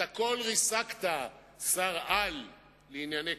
את הכול ריסקת, שר-על לענייני כלכלה.